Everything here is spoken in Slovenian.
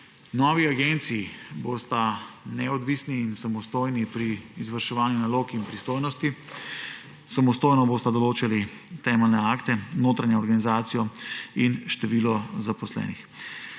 Novi agenciji bosta neodvisni in samostojni pri izvrševanju nalog in pristojnosti. Samostojno bosta določali temeljne akte, notranjo organizacijo in število zaposlenih.